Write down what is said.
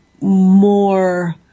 more